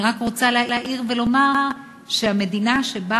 אני רק רוצה להעיר ולומר שהמדינה שבה